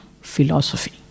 philosophy